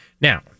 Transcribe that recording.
Now